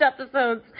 episodes